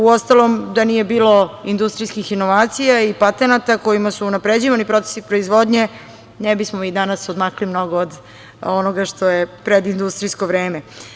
Uostalom da nije bilo industrijskih inovacija i patenata kojima su unapređivani procesi proizvodnje, ne bismo mi danas odmakli mnogo od onoga što je predindustrijsko vreme.